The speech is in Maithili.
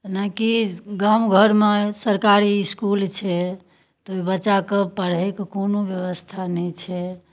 जेनाकि गाम घरमे सरकारी इसकुल छै तऽ ओहि बच्चाके पढ़यके कोनो व्यवस्था नहि छै